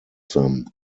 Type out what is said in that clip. them